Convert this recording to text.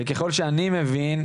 וככל שאני מבין,